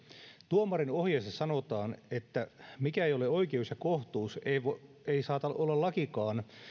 tuomarinohjeissa sanotaan mikä ei ole oikeus ja kohtuus se ei saata olla lakikaan